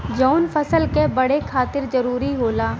जवन फसल क बड़े खातिर जरूरी होला